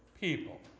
people